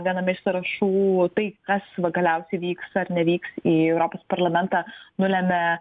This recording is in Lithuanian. viename iš sąrašų tai kas va galiausiai vyks ar nevyks į europos parlamentą nulėmė